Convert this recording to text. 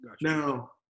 Now